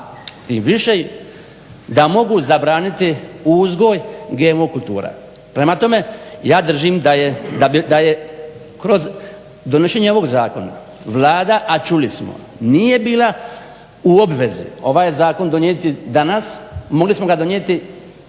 tim više da mogu zabraniti uzgoj GMO kultura. Prema tome, ja držim da je kroz donošenje ovog zakona Vlada, a čuli smo nije bila u obvezi ovaj zakon donijeti danas, mogli smo ga donijeti